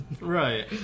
Right